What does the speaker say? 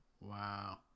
Wow